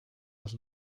dos